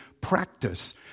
practice